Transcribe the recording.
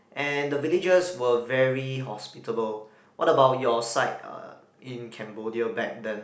and the villagers were very hospitable what about your side uh in Cambodia back then